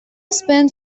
spent